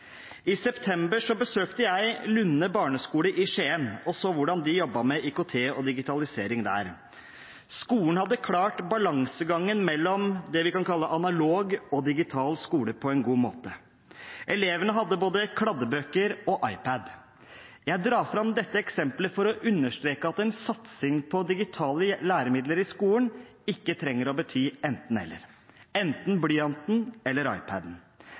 I september besøkte jeg Lunde barneskole i Skien og så hvordan de jobbet med IKT og digitalisering der. Skolen hadde klart balansegangen mellom det vi kan kalle analog og digital skole på en god måte. Elevene hadde både kladdebøker og iPad. Jeg drar fram dette eksemplet for å understreke at en satsing på digitale læremidler i skolen ikke trenger å bety enten–eller – enten blyanten eller